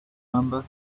number